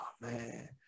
man